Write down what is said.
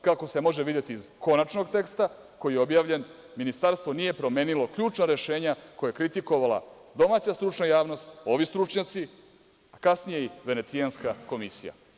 Kako se može videti iz konačnog teksta, koji je objavljen, Ministarstvo nije promenilo ključna rešenja koje je kritikovala domaća stručna javnost, ovi stručnjaci, a kasnije i Venecijanska komisija.